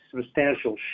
substantial